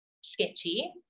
sketchy